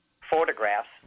photographs